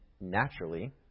naturally